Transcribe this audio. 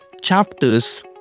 chapters